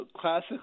classic